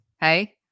hey